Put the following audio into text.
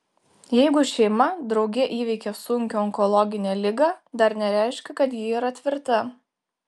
jeigu šeima drauge įveikė sunkią onkologinę ligą dar nereiškia kad ji yra tvirta